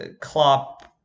Klopp